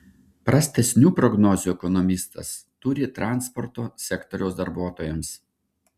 prastesnių prognozių ekonomistas turi transporto sektoriaus darbuotojams